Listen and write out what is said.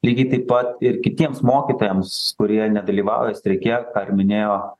lygiai taip pat ir kitiems mokytojams kurie nedalyvauja streike ką ir minėjo